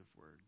word